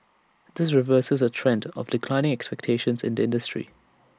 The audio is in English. this reverses A trend of declining expectations in industry